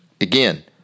again